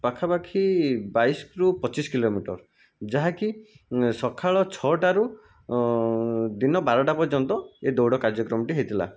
ପାଖାପାଖି ବାଇଶରୁ ପଚିଶ କିଲୋମିଟର ଯାହାକି ସଖାଳ ଛଅଟାରୁ ଦିନ ବାରଟା ପର୍ଯ୍ୟନ୍ତ ଏ ଦୌଡ଼ କାର୍ଯ୍ୟକ୍ରମଟି ହେଇଥିଲା